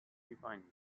defined